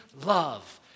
love